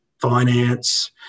finance